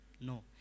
No